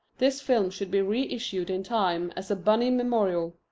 this film should be reissued in time as a bunny memorial.